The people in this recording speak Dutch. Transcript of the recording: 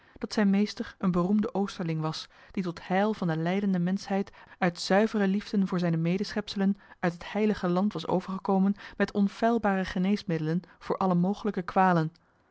dat zijn meester een beroemde oosterling was die tot heil van de lijdende menschheid uit zuivere liefde voor zijne medeschepselen uit het heilige land was overgekomen met onfeilbare geneesmiddedelen voor alle mogelijke kwalen